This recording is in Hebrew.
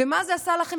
ומה זה עשה לכם,